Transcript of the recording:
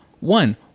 One